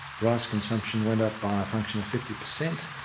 rice consumption went up by a function of fifty percent,